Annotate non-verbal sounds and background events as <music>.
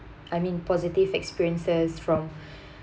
I mean positive experiences from <breath>